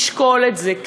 לשקול את זה.